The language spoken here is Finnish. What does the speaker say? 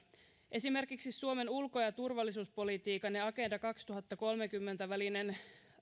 esimerkiksi suomen ulko ja ja turvallisuuspolitiikan ja agenda kaksituhattakolmekymmentän välinen